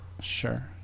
Sure